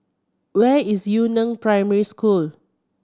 where is Yu Neng Primary School